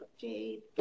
Jade